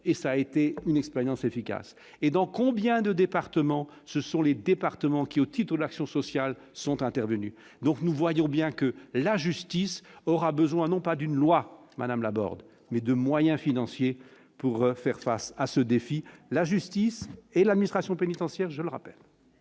et ça a été une expérience efficace et dans combien de départements, ce sont les départements qui, au titre de l'action sociale sont intervenus donc nous voyons bien que la justice aura besoin non pas d'une loi Madame Laborde mais de moyens financiers pour faire face à ce défi, la justice et la miss ration pénitentiaire, je le rappelle.